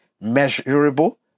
measurable